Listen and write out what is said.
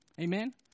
Amen